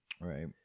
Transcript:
Right